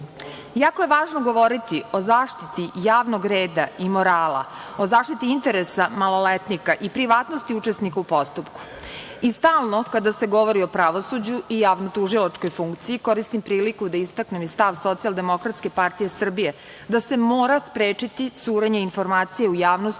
je važno govoriti o zaštiti javnog reda i morala, o zaštiti interesa maloletnika i privatnosti učesnika u postupku, i stalno kada se govori o pravosuđu i javno tužilačkoj funkciji koristim priliku da istaknem i stav SDPS, da se mora sprečiti curenje informacija u javnosti